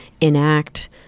enact